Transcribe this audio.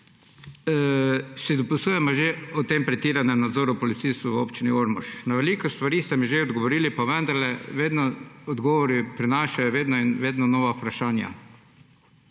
si dopisujeva o tem pretiranem nadzoru policistov v Občini Ormož. Na veliko stvari ste mi že odgovorili, pa vendarle odgovori prinašajo vedno in vedno nova vprašanja.